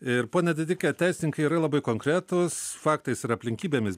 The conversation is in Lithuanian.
ir pone didike teisininkai yra labai konkretūs faktais ir aplinkybėmis